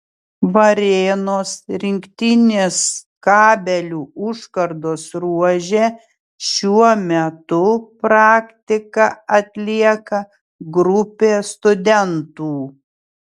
varėnos rinktinės kabelių užkardos ruože šiuo metu praktiką atlieka grupė studentų